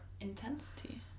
intensity